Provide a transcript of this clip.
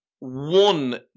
one